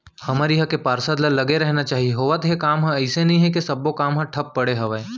हमर इहाँ के पार्षद ल लगे रहना चाहीं होवत हे काम ह अइसे नई हे के सब्बो काम ह ठप पड़े हवय